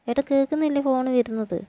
ഏട്ടാ കേൾക്കുന്നില്ലേ ഫോൺ വരുന്നത്